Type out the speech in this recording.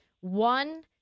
one